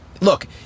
Look